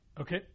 Okay